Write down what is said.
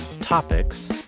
Topics